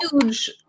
huge